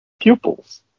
pupils